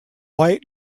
white